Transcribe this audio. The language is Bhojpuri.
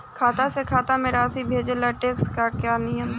खाता से खाता में राशि भेजला से टेक्स के का नियम ह?